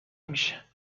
میشه